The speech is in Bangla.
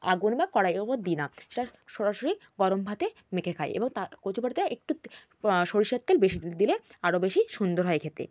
আগুন বা কড়াইয়ের ওপর দিই না সেটা সরাসরি গরম ভাতে মেখে খাই এবং তা কচু বাটা একটু সরষের তেল বেশি দিলে আরও বেশি সুন্দর হয় খেতে